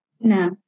no